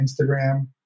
Instagram